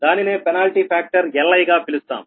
దానినే penalty factor Li గా పిలుస్తాము